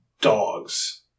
dogs